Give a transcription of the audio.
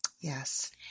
Yes